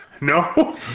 No